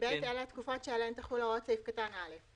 (ב)אלה התקופות שעליהן תחול הוראת סעיף קטן (א):